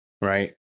right